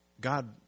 God